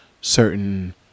certain